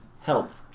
help